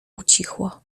ucichło